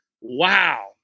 wow